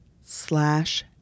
slash